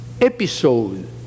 episode